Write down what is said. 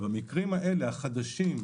במקרים האלה החדשים,